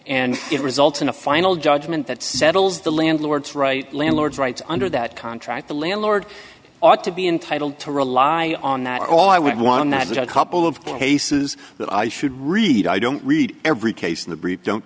and it results in a final judgment that settles the landlord's right landlord's rights under that contract the landlord ought to be entitled to rely on that all i want on that was a couple of cases that i should read i don't read every case in the brief don't